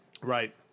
Right